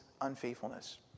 unfaithfulness